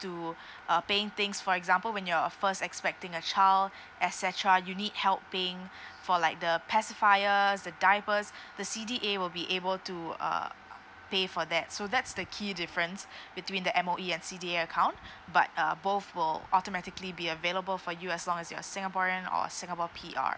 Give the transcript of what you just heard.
to uh paying things for example when you're first expecting a child et cetera you need helping for like the pacifiers the diapers the C_D_A will be able to uh pay for that so that's the key difference between the M_O_E and C_D_A account but uh both will automatically be available for you as long as you're singaporean or singapore P_R